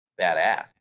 badass